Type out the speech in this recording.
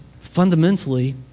fundamentally